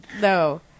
no